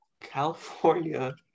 California